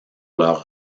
leur